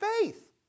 faith